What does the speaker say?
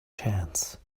chance